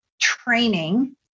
training